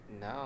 No